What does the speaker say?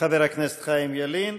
לחבר הכנסת חיים ילין.